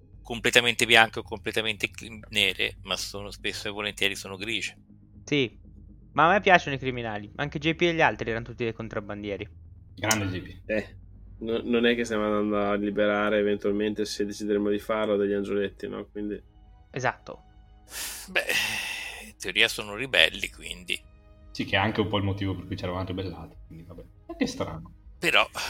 completamente bianche o completamente cl- nere, ma sono spesso e volentieri sono grigie. Sì, ma a me piacciono i criminali, anche JP e gli altri erano tutti dei contrabbandieri. Grande JP. Eh, no- non è che stiamo andando a liberare eventualmente, se decideremo di farlo, degli angioletti, no? Quindi- Esatto. Beh, in teoria sono ribelli, quindi. Sì, che è anche un po' il motivo per cui c'eravamo anche ribellati, quindi vabbè. Ma che strano. Però-